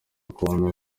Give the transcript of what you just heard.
kubona